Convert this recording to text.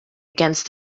against